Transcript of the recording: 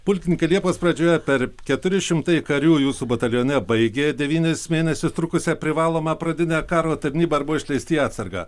pulkininke liepos pradžioje per keturi šimtai karių jūsų batalione baigė devynis mėnesiu trukusią privalomą pradinę karo tarnybą ar buvo išleisti į atsargą